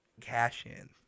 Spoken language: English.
cash-in